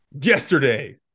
yesterday